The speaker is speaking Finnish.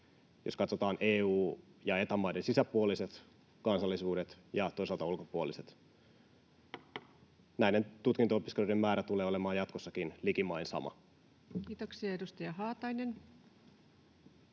jos katsotaan EU- ja Eta-maiden sisäpuoliset kansallisuudet ja toisaalta ulkopuoliset, näiden tutkinto-opiskeluiden määrä tulee olemaan jatkossakin likimain sama. [Speech 158] Speaker: